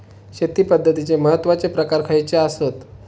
शेती पद्धतीचे महत्वाचे प्रकार खयचे आसत?